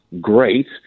great